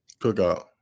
Cookout